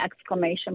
exclamation